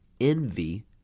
envy